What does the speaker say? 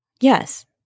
Yes